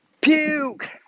puke